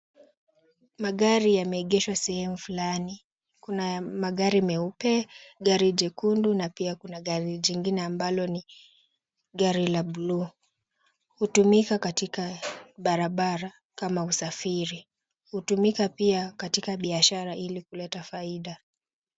Magari yameegeshwa sehemu fulani. Kuna magari meupe, gari jekundu na pia kuna gari jingine ambalo ni gari la blue . Hutumika katika barabara kama usafiri. Hutumika pia katika biashara ili kuleta faida.